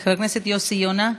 חבר הכנסת יוסי יונה,